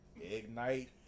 Ignite